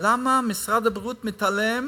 למה משרד הבריאות מתעלם